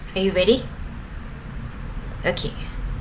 are you ready okay